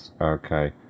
okay